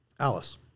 Alice